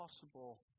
possible